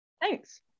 Thanks